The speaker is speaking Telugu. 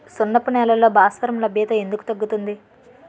సున్నపు నేలల్లో భాస్వరం లభ్యత ఎందుకు తగ్గుతుంది?